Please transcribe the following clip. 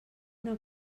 una